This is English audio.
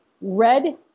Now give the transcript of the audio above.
red